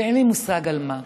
ואין לי מושג על מה.